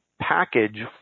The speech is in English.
package